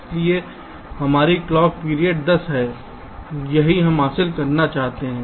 इसलिए हमारी clock period 10 है यही हम हासिल करना चाहते हैं